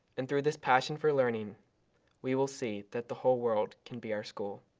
and through this passion for learning we will see that the whole world can be our school.